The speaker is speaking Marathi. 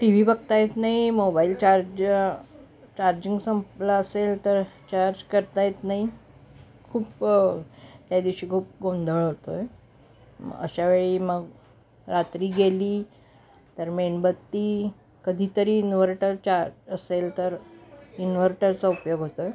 टी व्ही बघता येत नाही मोबाईल चार्ज चार्जिंग संपलं असेल तर चार्ज करता येत नाही खूप त्या दिवशी खूप गोंधळ होतो आहे अशा वेळी मग रात्री गेली तर मेणबत्ती कधीतरी इन्व्हर्टर चार्ज असेल तर इन्व्हर्टरचा उपयोग होतो आहे